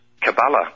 Kabbalah